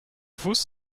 fuß